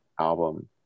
Album